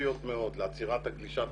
אגרסיביות מאוד לעצירת גלישת